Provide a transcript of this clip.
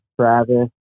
Travis